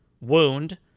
wound